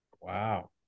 Wow